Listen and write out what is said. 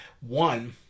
one